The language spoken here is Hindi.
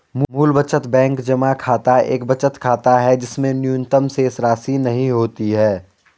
मूल बचत बैंक जमा खाता एक बचत खाता है जिसमें न्यूनतम शेषराशि नहीं होती है